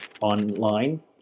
online